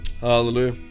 Hallelujah